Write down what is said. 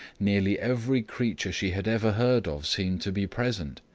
nearly every creature she had ever heard of seemed to be present,